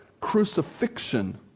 crucifixion